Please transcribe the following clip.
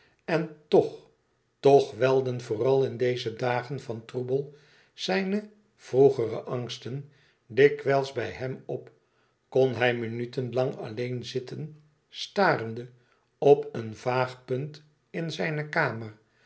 en toch toch welde vooral in deze dagen van troebel zijne vroegere angsten dikwijls bij hem op kon hij minuten lang alleen zitten starende op een vaag punt in zijne kamer